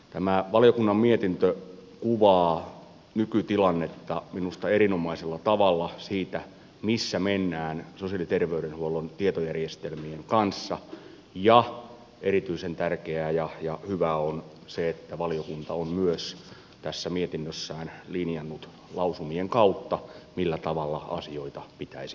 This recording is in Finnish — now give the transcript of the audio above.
tämä valiokunnan mietintö kuvaa nykytilannetta minusta erinomaisella tavalla siinä missä mennään sosiaali ja terveydenhuollon tietojärjestelmien kanssa ja erityisen tärkeää ja hyvää on se että valiokunta on myös tässä mietinnössään linjannut lausumien kautta millä tavalla asioita pitäisi hoitaa